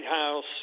House